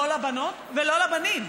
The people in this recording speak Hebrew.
לא לבנות ולא לבנים,